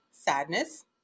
sadness